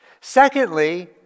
Secondly